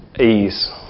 Ease